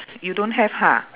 you don't have ha